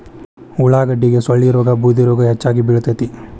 ಉಳಾಗಡ್ಡಿಗೆ ಸೊಳ್ಳಿರೋಗಾ ಬೂದಿರೋಗಾ ಹೆಚ್ಚಾಗಿ ಬಿಳತೈತಿ